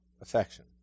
affection